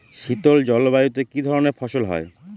শীতল জলবায়ুতে কি ধরনের ফসল হয়?